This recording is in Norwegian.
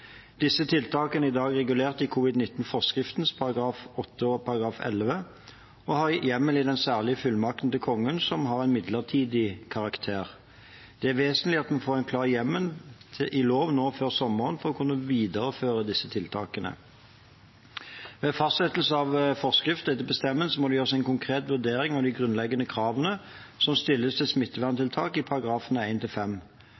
Disse tiltakene er i dag regulert i covid-19-forskriften §§ 8 og 11 og har hjemmel i den særlige fullmakten til Kongen som har en midlertidig karakter. Det er vesentlig at vi får en klar hjemmel i loven nå før sommeren for å kunne videreføre disse tiltakene. Ved fastsettelse av forskrift etter bestemmelsen må det gjøres en konkret vurdering av de grunnleggende kravene som stilles til